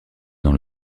dans